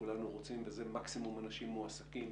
שכולנו רוצים וזה מקסימום אנשים מועסקים,